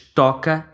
toca